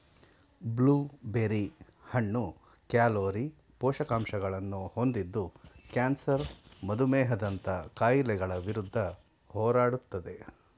blue berry ಹಣ್ಣು calorie, ಪೋಷಕಾಂಶಗಳನ್ನು ಹೊಂದಿದ್ದು ಕ್ಯಾನ್ಸರ್ ಮಧುಮೇಹದಂತಹ ಕಾಯಿಲೆಗಳ ವಿರುದ್ಧ ಹೋರಾಡುತ್ತದೆ